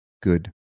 good